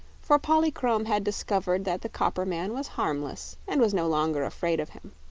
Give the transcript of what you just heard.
for polychrome had discovered that the copper man was harmless and was no longer afraid of him.